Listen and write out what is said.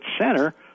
center